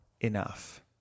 enough